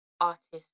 artist